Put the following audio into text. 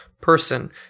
person